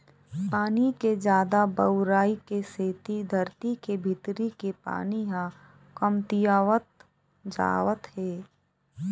पानी के जादा बउरई के सेती धरती के भीतरी के पानी ह कमतियावत जावत हे